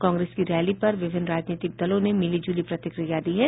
कांग्रेस की रैली पर विभिन्न राजनीतिक दलों ने मिली जुली प्रतिक्रिया दी है